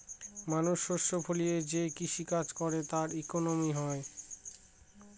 মানুষ শস্য ফলিয়ে যে কৃষি কাজ করে তার ইকোনমি হয়